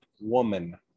woman